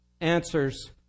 answers